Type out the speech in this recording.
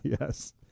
yes